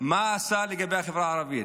מה עשה לגבי החברה הערבית?